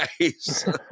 guys